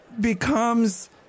becomes